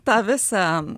tą visą